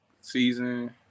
season